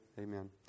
Amen